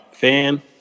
Fan